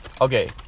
Okay